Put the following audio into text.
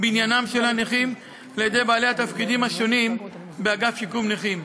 בעניינם של הנכים על-ידי בעלי התפקידים השונים באגף שיקום נכים.